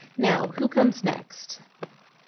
now, who comes next?